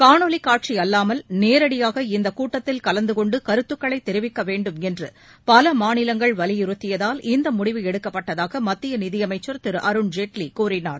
காணொலி காட்சி அல்லாமல் நேரடியாக இந்த கூட்டத்தில் கலந்துகொண்டு கருத்துக்களை தெரிவிக்க வேண்டும் என்று பல மாநிலங்கள் வலியுறுத்தியதால் இம்முடிவு எடுக்கப்பட்டதாக மத்திய நிதியமைச்சி திரு அருண் ஜேட்லி கூறினார்